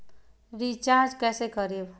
Recharge कैसे करीब?